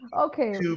Okay